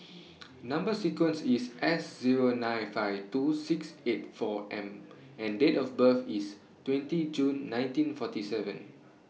Number sequence IS S Zero nine five two six eight four M and Date of birth IS twenty June nineteen forty seven